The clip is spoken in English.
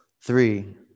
three